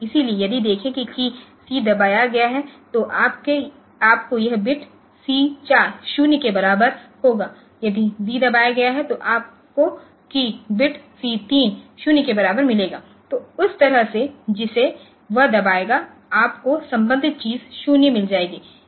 इसलिए यदि देखें कि कीय C दबाया गया है तो आपको यह बिट C 4 0 के बराबर होगा यदि d दबाया गया है तो आपको कीय बिट C 3 0 के बराबर मिलेगा तो उस तरह से जिसे वह दबाएगा आपको संबंधित चीज 0 मिल जाएगी